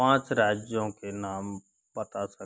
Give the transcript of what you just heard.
पाँच राज्यों के नाम बता सकता हूँ